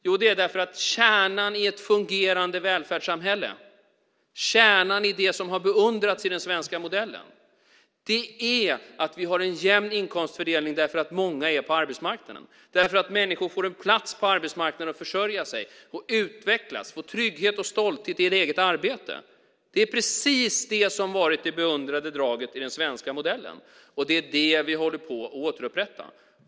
Jo, det är därför att kärnan i ett fungerande välfärdssamhälle, kärnan i det som har beundrats i den svenska modellen, är att vi har en jämn inkomstfördelning därför att många finns på arbetsmarknaden, därför att människor får en plats på arbetsmarknaden för att försörja sig, utvecklas, trygghet och stolthet i ett eget arbete. Det är precis det som har varit det beundrade draget i den svenska modellen. Det är det vi håller på att återupprätta.